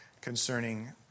concerning